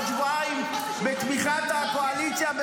טרומית בעוד שבועיים בתמיכת הקואליציה?